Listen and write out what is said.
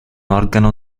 organo